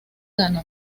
ganó